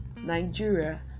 Nigeria